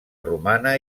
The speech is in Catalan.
romana